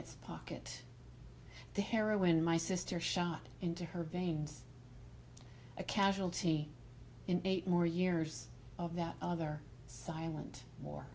its pocket the heroin in my sister shot into her veins a casualty in eight more years of that other silent war